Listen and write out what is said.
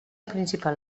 principal